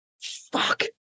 fuck